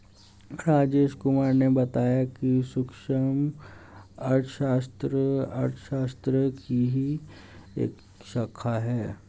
राजेश कुमार ने बताया कि सूक्ष्म अर्थशास्त्र अर्थशास्त्र की ही एक शाखा है